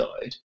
died